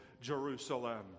Jerusalem